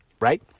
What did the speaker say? right